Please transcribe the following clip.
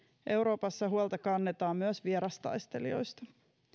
euroopassa huolta kannetaan myös vierastaistelijoista